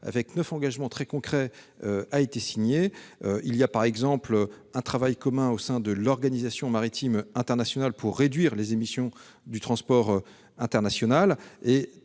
avec neuf engagements très concrets a alors été signé. Par exemple, un travail commun est mené au sein de l'Organisation maritime internationale pour réduire les émissions du transport international.